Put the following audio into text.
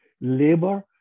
labor